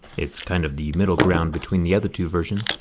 it' kind of the middle ground between the other two versions.